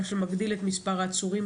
מה שמגדיל את מספר העצורים.